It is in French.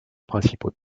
principaux